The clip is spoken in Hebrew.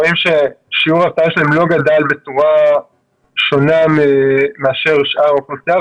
רואים ששיעור האבטלה שלהם לא גדל בצורה שונה לעומת שאר האוכלוסייה,